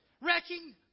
wrecking